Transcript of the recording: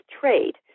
trade